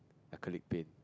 acrylic paint